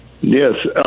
Yes